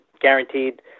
guaranteed